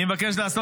אני מבקש רגע,